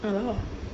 ah lah